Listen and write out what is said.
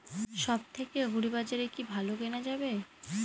সব থেকে আগ্রিবাজারে কি ভালো কেনা যাবে কি?